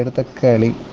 the way